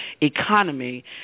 economy